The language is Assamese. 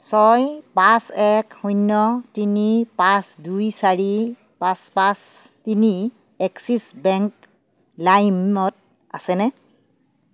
ছয় পাঁচ এক শূন্য তিনি পাঁচ দুই চাৰি পাঁচ পাঁচ তিনি এক্সিছ বেংক লাইমত আছেনে